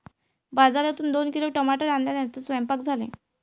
बाजारातून दोन किलो टमाटर आणल्यानंतर सेवन्पाक झाले